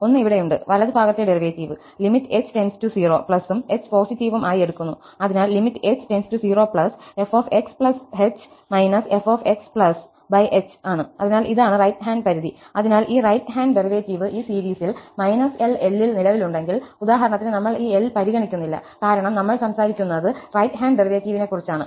ഒന്ന് ഇവിടെയുണ്ട് വലതു ഭാഗത്തെ ഡെറിവേറ്റീവ് limit h → 0 ഉം h പോസിറ്റീവും ആയി എടുക്കുന്നു അതിനാൽ h 0 fxh fxhആണ് അതിനാൽ ഇതാണ് റൈറ്റ് ഹാൻഡ് പരിധി അതിനാൽ ഈ റൈറ്റ് ഹാൻഡ് ഡെറിവേറ്റീവ് ഈ സീരീസിൽ −L L ൽ നിലവിലുണ്ടെങ്കിൽ ഉദാഹരണത്തിന് നമ്മൾ ഈ L പരിഗണിക്കുന്നില്ല കാരണം നമ്മൾ സംസാരിക്കുന്നത് റൈറ്റ് ഹാൻഡ് ഡെറിവേറ്റീവിനെക്കുറിച്ചാണ്